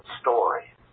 story